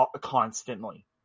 constantly